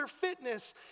fitness